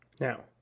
Now